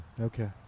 Okay